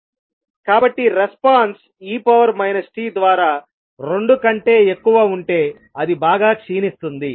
కాబట్టి response e t ద్వారా రెండు కంటే ఎక్కువ ఉంటే అది బాగా క్షీణిస్తుంది